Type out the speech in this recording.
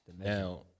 now